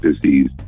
disease